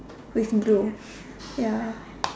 with blue ya